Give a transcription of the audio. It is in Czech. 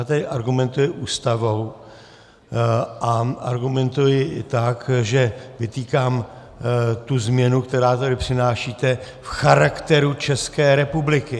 Já tady argumentuji Ústavou a argumentuji i tak, že vytýkám tu změnu, kterou tady přinášíte, v charakteru České republiky.